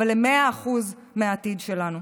אבל הם 100% העתיד שלנו.